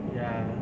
ya